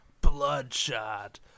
bloodshot